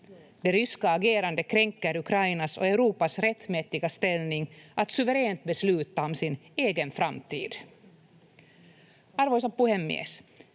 ryska agerandet kränker Ukrainas och Europas rättmätiga ställning att suveränt besluta om sin egen framtid. Arvoisa puhemies!